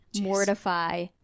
mortify